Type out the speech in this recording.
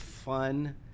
fun